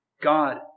God